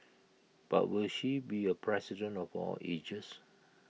but will she be A president for all ages